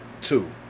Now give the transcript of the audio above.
two